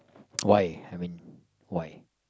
why I mean why